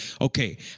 okay